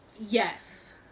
Yes